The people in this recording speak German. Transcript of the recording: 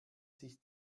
sich